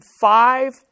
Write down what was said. five